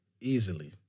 easily